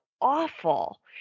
awful